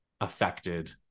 affected